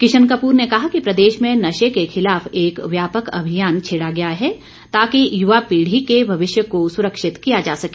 किशन कपूर ने कहा कि प्रदेश में नशे के खिलाफ एक व्यापक अभियान छेड़ा गया है ताकि युवा पीढ़ी के भविष्य को सुरक्षित किया जा सके